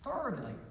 Thirdly